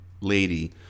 lady